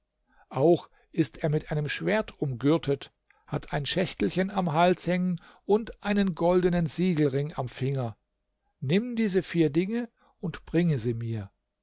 auch ist er mit einem schwert umgürtet hat ein schächtelchen am hals hängen und einen goldenen siegelring am finger nimm diese vier dinge und bringe sie mir